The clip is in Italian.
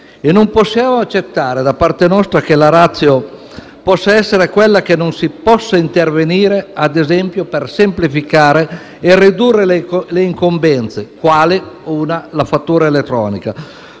Non possiamo accettare da parte nostra che la *ratio* possa essere quella che non si possa intervenire per semplificare e ridurre le incombenze, quali ad esempio la fattura elettronica,